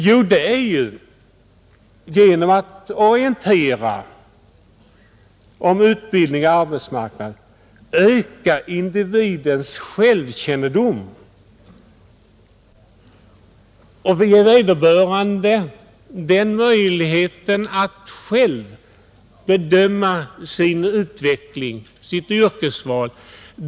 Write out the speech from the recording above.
Jo, det är ju att genom att orientera om utbildning och arbetsmarknad öka individens självkännedom, Vi skall ge vederbörande möjligheten att själv bedöma sin utveckling och sitt yrkesval.